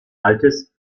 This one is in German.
altes